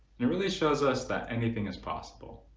it really shows us that anything is possible.